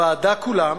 לוועדה כולה,